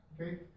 Okay